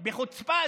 בחוצפה,